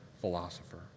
philosopher